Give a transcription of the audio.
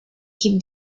him